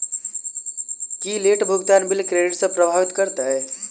की late भुगतान bill credit केँ प्रभावित करतै?